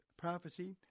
prophecy